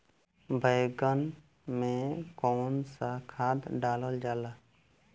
बैंगन में कवन सा खाद डालल जाला?